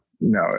no